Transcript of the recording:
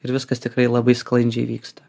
ir viskas tikrai labai sklandžiai vyksta